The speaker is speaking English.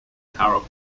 carol